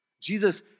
Jesus